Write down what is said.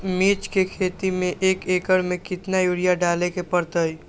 मिर्च के खेती में एक एकर में कितना यूरिया डाले के परतई?